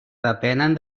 depenen